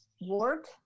work